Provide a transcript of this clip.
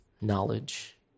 knowledge